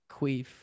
Queef